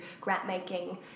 grant-making